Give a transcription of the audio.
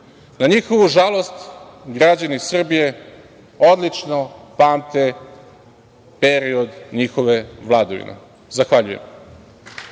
njihovu žalost građani Srbije odlično pamte period njihove vladavine. Zahvaljujem.